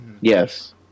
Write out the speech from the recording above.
Yes